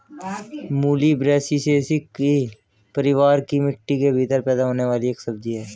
मूली ब्रैसिसेकी परिवार की मिट्टी के भीतर पैदा होने वाली एक सब्जी है